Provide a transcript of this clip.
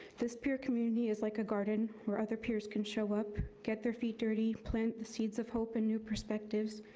this peer community is like a garden where other peers can show up, get their feet dirty, plant the seeds of hope and new perspectives,